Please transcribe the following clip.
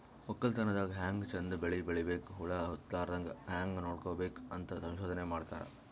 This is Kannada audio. ವಕ್ಕಲತನ್ ದಾಗ್ ಹ್ಯಾಂಗ್ ಚಂದ್ ಬೆಳಿ ಬೆಳಿಬೇಕ್, ಹುಳ ಹತ್ತಲಾರದಂಗ್ ಹ್ಯಾಂಗ್ ನೋಡ್ಕೋಬೇಕ್ ಅಂತ್ ಸಂಶೋಧನೆ ಮಾಡ್ತಾರ್